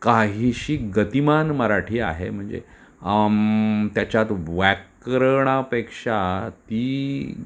काहीशी गतिमान मराठी आहे म्हणजे त्याच्यात व्याकरणापेक्षा ती